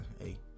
Hey